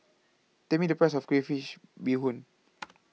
Tell Me The Price of Crayfish Beehoon